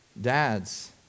Dads